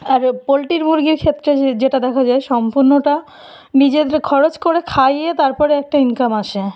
আর পোলট্রির মুরগির ক্ষেত্রে যে যেটা দেখা যায় সম্পূর্ণটা নিজের খরচ করে খাইয়ে তারপরে একটা ইনকাম আসে